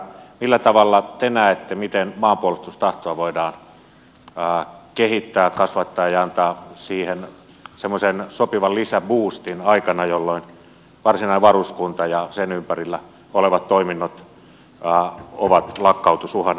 millä tavalla te näette miten maanpuolustustahtoa voidaan kehittää kasvattaa ja antaa siihen semmoisen sopivan lisäboostin aikana jolloin varsinainen varuskunta ja sen ympärillä olevat toiminnot ovat lakkautusuhan alla